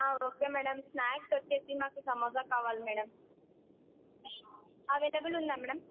okay madam snacks వచ్చేసి మాకు సమోసా కావాలి మేడం అవైలబుల్ ఉందా మేడం